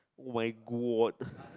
my god